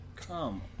Come